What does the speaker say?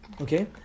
okay